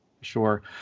sure